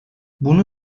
bunun